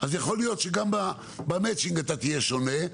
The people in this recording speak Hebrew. יכול להיות שגם במצ'ינג אתה תהיה שונה,